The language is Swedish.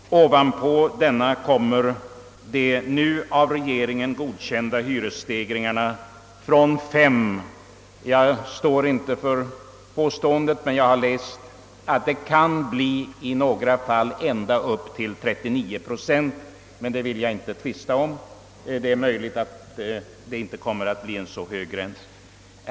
Ovanpå denna kommer de nu av regeringen godkända hyresstegringarna. Jag har läst att det i några fall kan bli fråga om höjningar på ända upp till 39 procent. Jag står emellertid inte för påståendet och vill inte här tvista om saken. Det är möjligt att det inte kommer att bli en så hög gräns.